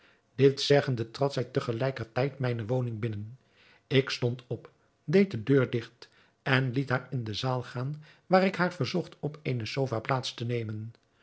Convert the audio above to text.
dit zeggende trad zij te gelijker tijd mijne woning binnen ik stond op deed de deur digt en liet haar in de zaal gaan waar ik haar verzocht op eene sofa plaats te nemen